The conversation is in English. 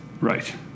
Right